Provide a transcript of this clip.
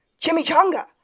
Chimichanga